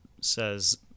says